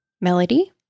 Melody